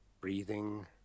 breathing